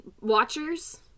watchers